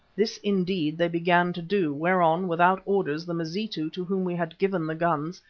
this, indeed, they began to do, whereon, without orders, the mazitu to whom we had given the guns,